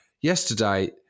yesterday